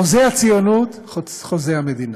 חוזה הציונות, חוזה המדינה.